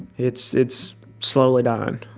it's it's slowly dying